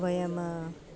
वयम्